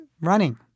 running